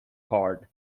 card